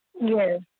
Yes